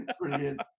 brilliant